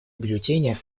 бюллетени